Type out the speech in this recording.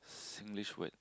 Singlish word